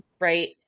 right